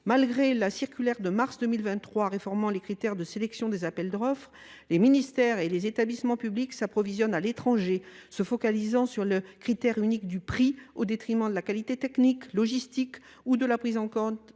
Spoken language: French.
Malgré la circulaire de mars 2023 réformant les critères de sélection des appels d’offres, les ministères et les établissements publics s’approvisionnent à l’étranger, se focalisant sur le critère unique du prix au détriment de la qualité technique et logistique, ou encore de la prise en compte